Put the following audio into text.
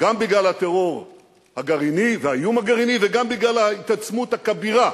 גם בגלל הטרור הגרעיני והאיום הגרעיני וגם בגלל ההתעצמות הכבירה